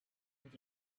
with